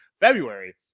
February